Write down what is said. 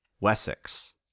Wessex